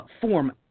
form